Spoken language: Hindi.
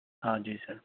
हाँ जी सर